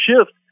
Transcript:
shift